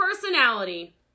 personality